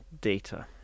data